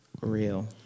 real